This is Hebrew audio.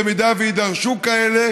במידה שיידרשו כאלה